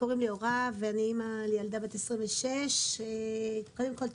קוראים לי אורה ואני אימא לילדה בת 26. קודם כול,